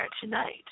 tonight